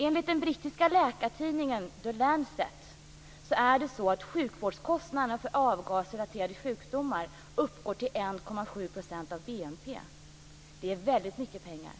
Enligt den brittiska läkartidningen The Lancet uppgår sjukvårdskostnaderna för avgasrelaterade sjukdomar till 1,7 % av BNP. Det är väldigt mycket pengar.